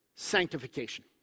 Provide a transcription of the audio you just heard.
sanctification